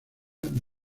del